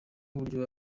uburyo